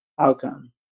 outcome